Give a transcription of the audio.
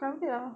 COVID ah